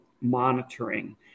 monitoring